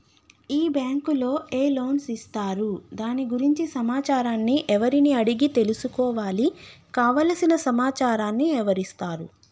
ఈ బ్యాంకులో ఏ లోన్స్ ఇస్తారు దాని గురించి సమాచారాన్ని ఎవరిని అడిగి తెలుసుకోవాలి? కావలసిన సమాచారాన్ని ఎవరిస్తారు?